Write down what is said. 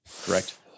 Correct